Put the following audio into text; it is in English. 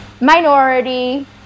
minority